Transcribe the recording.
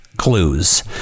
Clues